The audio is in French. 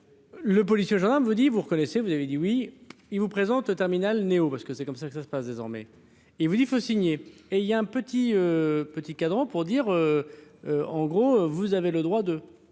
le policier, gendarme, vous dit vous reconnaissez, vous avez dit oui il vous présente le terminal néo parce que c'est comme ça que ça se passe désormais et vous dit faut signer et il y a un petit. Petit cadran pour dire, en gros, vous avez le droit de,